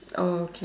oh okay